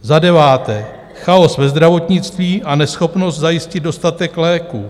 Za deváté, chaos ve zdravotnictví a neschopnost zajistit dostatek léků.